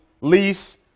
lease